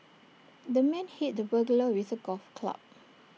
the man hit the burglar with A golf club